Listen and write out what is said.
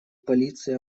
полиции